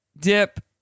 dip